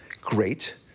Great